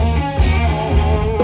and